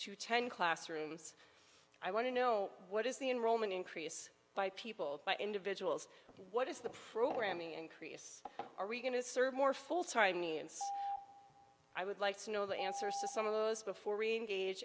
to ten classrooms i want to know what is the enrollment increase by people by individuals what is the programming increase are we going to serve more full time me and i would like to know the answers to some of those before reengage